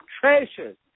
treasures